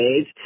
age